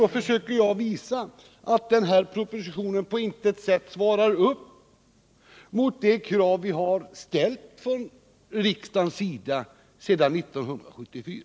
Jag försöker då visa att den propositionen på intet sätt svarar till de krav riksdagen har ställt sedan 1974.